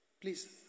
Please